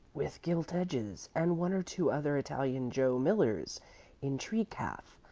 with gilt edges, and one or two other italian joe millers in tree calf.